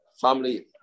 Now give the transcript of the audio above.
family